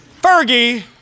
Fergie